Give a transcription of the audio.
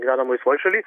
gyvenam laisvoj šaly